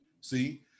See